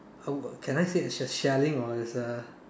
a can I say it's a shelling or is a